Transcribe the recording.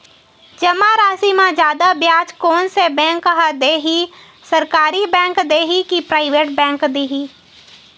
जमा राशि म जादा ब्याज कोन से बैंक ह दे ही, सरकारी बैंक दे हि कि प्राइवेट बैंक देहि?